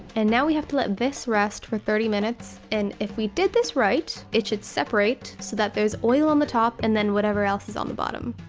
and now we have to let this rest for thirty minutes. and if we did this right, it should separate so that there's oil on the top and then whatever else is on the bottom.